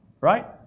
Right